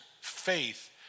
Faith